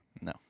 No